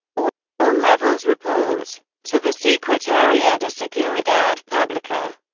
ah all levels report to the secretaria de seguridad publica.